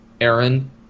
Aaron